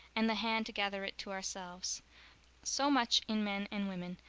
and the hand to gather it to ourselves so much in men and women,